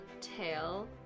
tail